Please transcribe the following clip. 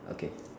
okay